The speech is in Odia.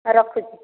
ରଖୁଛି